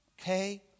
Okay